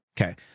Okay